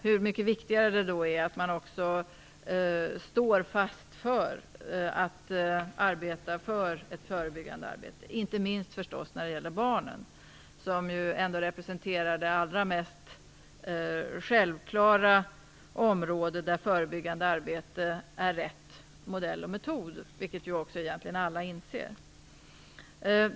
Så mycket viktigare är det då att man också står fast vid det förebyggande arbetet - inte minst, förstås, när det gäller barnen, som ändå representerar det allra självklaraste området där det förebyggande arbetet är rätta modellen och metoden, vilket egentligen alla inser.